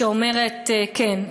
שאומרת: כן,